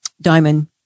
Diamond